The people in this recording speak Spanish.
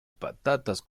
patatas